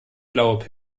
blaue